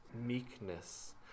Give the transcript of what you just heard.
meekness